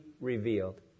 revealed